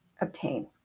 obtain